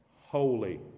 holy